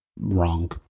wrong